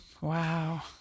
Wow